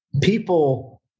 People